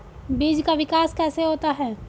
बीज का विकास कैसे होता है?